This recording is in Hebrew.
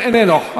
איננו.